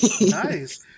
Nice